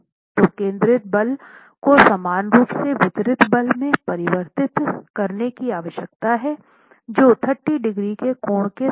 तो केंद्रित बल को समान रूप से वितरित बल में परिवर्तित करने की आवश्यकता है जो 30 डिग्री के कोण के साथ हो